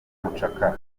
nk’umucakara